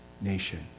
nation